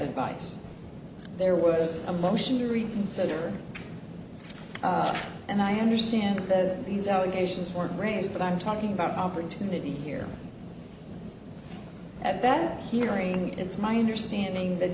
advice there was a motion to reconsider and i understand that these allegations were raised but i'm talking about an opportunity here at that hearing it's my understanding tha